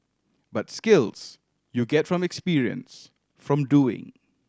but skills you get from experience from doing